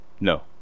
No